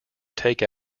take